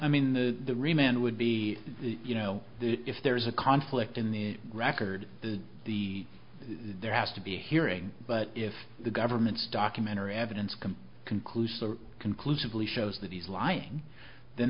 i mean the the remand would be the you know if there is a conflict in the record the the there has to be a hearing but if the government's documentary evidence can conclusively conclusively shows that he's lying th